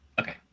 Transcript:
Okay